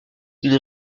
une